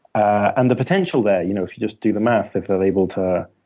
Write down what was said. and the potential there, you know if you just do the math, if they're able to